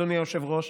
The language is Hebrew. אדוני היושב-ראש,